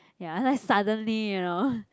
ya like suddenly you know